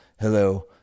hello